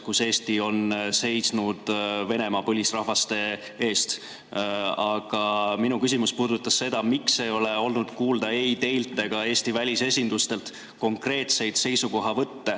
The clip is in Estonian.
kus Eesti on seisnud Venemaa põlisrahvaste eest. Aga minu küsimus puudutas seda, miks ei ole olnud kuulda ei teilt ega Eesti välisesindustelt konkreetseid seisukohavõtte